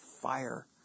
fire